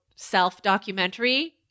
self-documentary